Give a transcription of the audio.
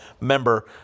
member